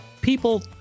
people